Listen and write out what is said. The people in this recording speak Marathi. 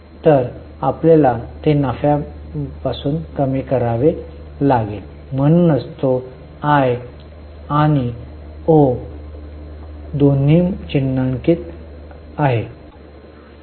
तर आम्हाला ते नफ्यापासून कमी करावे लागेल म्हणूनच तो आय आणि ओ दोन्ही म्हणून चिन्हांकित आहे